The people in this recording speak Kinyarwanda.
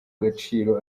gaciro